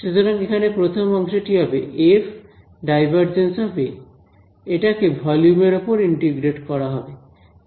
সুতরাং এখানে প্রথম অংশটি হবে এটাকে ভলিউম এর ওপর ইন্টিগ্রেট করা হবে